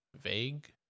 vague